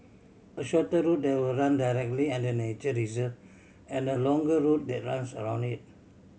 a shorter route that will run directly under the nature reserve and a longer route that runs around it